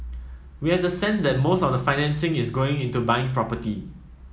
we have the sense that most of the financing is going into buying property